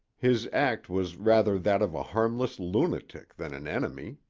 his act was rather that of a harmless lunatic than an enemy.